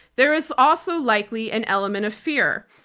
there is also likely an element of fear.